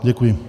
Děkuji.